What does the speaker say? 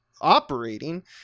operating